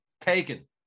taken